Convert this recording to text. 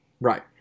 Right